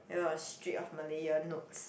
it was Strait of Malaya notes